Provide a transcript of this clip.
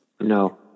no